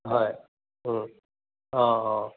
হয় অঁ অঁ